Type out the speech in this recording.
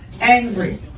angry